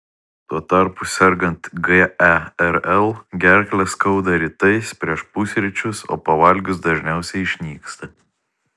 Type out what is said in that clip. tuo tarpu sergant gerl gerklę skauda rytais prieš pusryčius o pavalgius dažniausiai išnyksta